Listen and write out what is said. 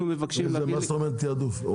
מה זאת אומרת תעדוף?